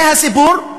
זה הסיפור,